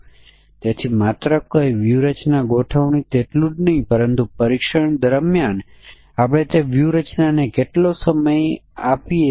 અને જો આપણે તેનું ચિત્ર રૂપે રજૂ કરીએ તો આ ચલ માટે 2 સીમાઓ છે શિક્ષણનાં વર્ષો અને વય માટે 2 બાઉન્ડ્રી છે